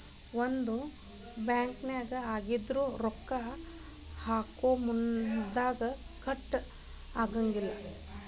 ಒಂದ ಬ್ಯಾಂಕ್ ಆಗಿದ್ರ ರೊಕ್ಕಾ ಹಾಕೊಮುನ್ದಾ ಕಟ್ ಆಗಂಗಿಲ್ಲಾ